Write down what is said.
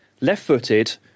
left-footed